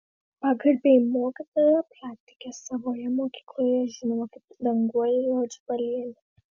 pagarbiai mokytoja praktikė savoje mokykloje žinoma kaip danguolė juodžbalienė